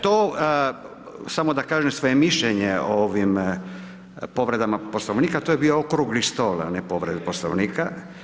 To, samo da kažem svoje mišljenje o ovim povredama Poslovnika, to je bio Okrugli stol, a ne povreda Poslovnika.